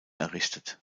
errichtet